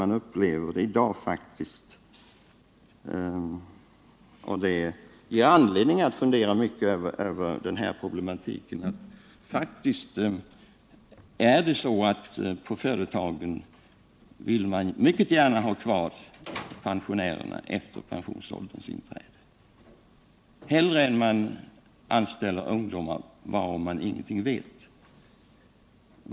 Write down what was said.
Man upplever i dag någonting som är rätt underligt och som ger anledning till funderingar över den här problematiken inte minst på sikt, nämligen att företagen hellre vill ha kvar pensionärerna sedan dessa uppnått pensionsåldern än anställa ungdomar om vilka man ingenting vet.